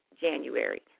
January